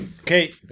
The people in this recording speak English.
okay